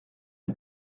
une